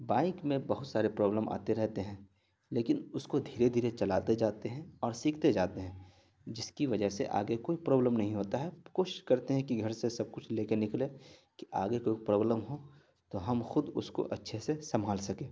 bike میں بہت سارے پرابلم آتے رہتے ہیں لیکن اس کو دھیرے دھیرے چلاتے جاتے ہیں اور سیکھتے جاتے ہیں جس کی وجہ سے آگے کوئی پرابلم نہیں ہوتا ہے کوشش کرتے ہیں کہ گھر سے سب کچھ لے کے نکلیں کہ آگے کوئی پرابلم ہو تو ہم خود اس کو اچھے سے سنبھال سکیں